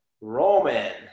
Roman